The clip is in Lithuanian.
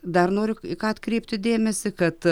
dar noriu į ką atkreipt dėmesį kad